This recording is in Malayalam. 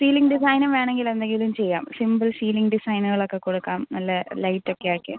സീലിംഗ് ഡിസൈനും വേണമെങ്കിൽ എന്തെങ്കിലും ചെയ്യാം സിമ്പിൾ സീലിംഗ് ഡിസൈനുകളൊക്കെ കൊടുക്കാം നല്ല ലൈറ്റൊക്കെ ആക്കി